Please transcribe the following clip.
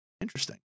Interesting